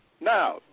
Now